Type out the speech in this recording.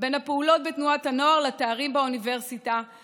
בין הפעולות בתנועת הנוער לתארים באוניברסיטה,